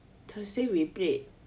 thursday we played